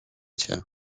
cię